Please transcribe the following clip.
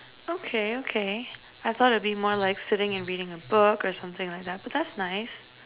okay okay I thought it'll be more like sitting and reading a book but that's nice